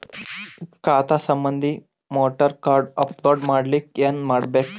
ಖಾತಾ ಸಂಬಂಧಿ voter card upload ಮಾಡಲಿಕ್ಕೆ ಏನ ಮಾಡಬೇಕು?